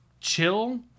chill